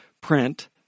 Print